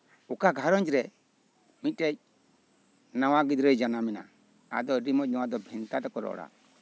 ᱚᱠᱟ ᱜᱷᱟᱨᱚᱸᱡᱽ ᱨᱮ ᱢᱤᱫᱴᱮᱡ ᱱᱟᱣᱟ ᱜᱤᱫᱽᱨᱟᱹᱭ ᱡᱟᱱᱟᱢᱱᱟ ᱟᱫᱚ ᱟᱹᱰᱤ ᱢᱚᱡᱽ ᱱᱚᱣᱟ ᱫᱚ ᱵᱷᱮᱱᱛᱟ ᱛᱮᱠᱚ ᱨᱚᱲᱟ